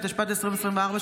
התשפ"ד 2024,